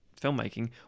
filmmaking